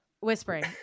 whispering